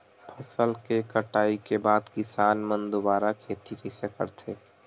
फसल के कटाई के बाद किसान मन दुबारा खेती कइसे करथे?